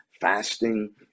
fasting